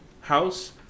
house